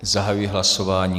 Zahajuji hlasování.